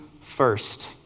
first